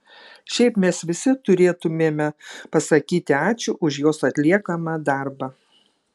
šiaip mes visi turėtumėme pasakyti ačiū už jos atliekamą darbą